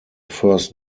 first